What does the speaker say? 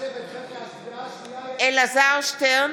אלעזר שטרן,